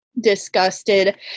disgusted